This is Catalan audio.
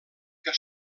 que